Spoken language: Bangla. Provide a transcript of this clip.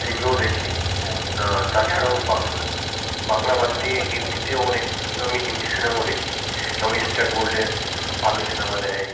এইগুলোও দেখি তাছাড়াও বাংলা বাদ দিয়ে হিন্দিতেও অনেক আমি হিন্দি সিনেমাও দেখি যেমন স্টার গোল্ডে ভালো সিনেমা দেয়